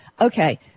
Okay